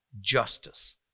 justice